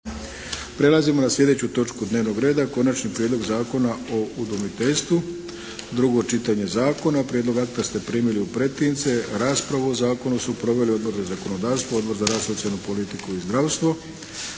Prelazimo na sljedeću točku dnevnog reda: - Konačni prijedlog zakona o udomiteljstvu, drugo čitanje, P.Z. br. 687. Prijedlog akta ste primili u pretince. Raspravu o zakonu su proveli Odbor za zakonodavstvo, Odbor za rad, socijalnu politiku i zdravstvo,